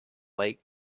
white